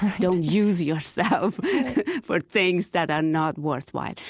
don't use yourself for things that are not worthwhile.